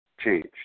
changed